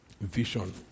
Vision